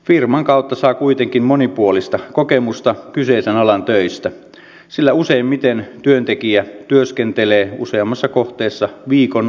firman kautta saa kuitenkin monipuolista kokemusta kyseisen alan töistä sillä useimmiten työntekijä työskentelee useammassa kohteessa viikon aikana